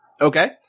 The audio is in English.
Okay